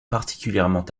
particulièrement